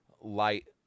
light